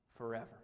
forever